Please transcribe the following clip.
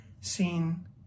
seen